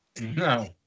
No